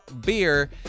beer